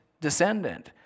descendant